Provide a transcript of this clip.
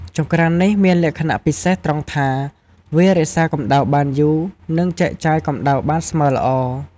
ចង្ក្រាននេះមានលក្ខណៈពិសេសត្រង់ថា វារក្សាកម្ដៅបានយូរ និងចែកចាយកម្ដៅបានស្មើល្អ។